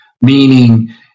meaning